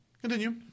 Continue